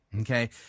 Okay